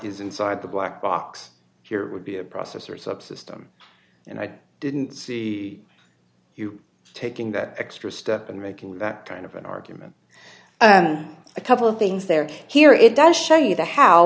is inside the black box here would be a processor subsystem and i didn't see you taking that extra step and making that kind of an argument and a couple of things there here it does show you the how